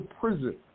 prison